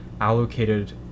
allocated